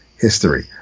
history